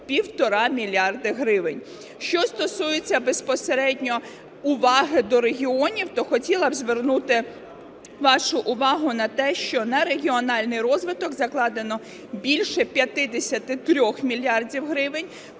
1,5 мільярда гривень. Що стосується безпосередньо уваги до регіонів, то хотіла б звернути вашу увагу на те, що на регіональний розвиток закладено більше 53 мільярдів гривень